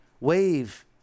wave